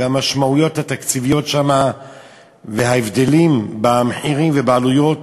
והמשמעויות התקציביות שם וההבדלים במחירים ובעלויות